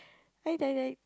I dieded